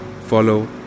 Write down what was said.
follow